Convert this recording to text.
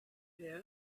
here